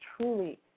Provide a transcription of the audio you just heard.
truly